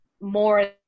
more